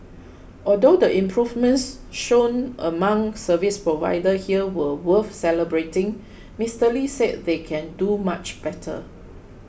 although the improvements shown among service providers here were worth celebrating Mister Lee said they can do much better